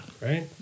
Right